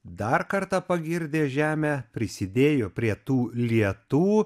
dar kartą pagirdė žemę prisidėjo prie tų lietų